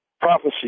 prophecy